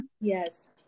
yes